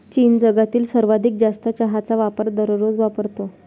चीन जगातील सर्वाधिक जास्त चहाचा वापर दररोज वापरतो